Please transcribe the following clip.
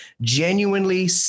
genuinely